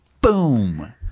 boom